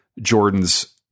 Jordan's